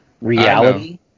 reality